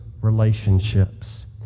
relationships